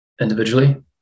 individually